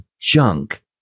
junk